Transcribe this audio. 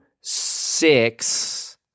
six